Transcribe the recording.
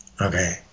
Okay